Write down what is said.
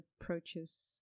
approaches